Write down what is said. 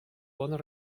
bonnes